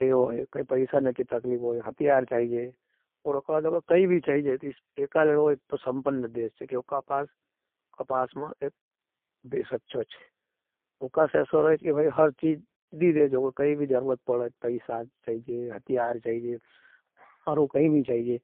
पैसा नहीं देजा, हतियार नहीं देजा।